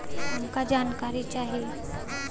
हमका जानकारी चाही?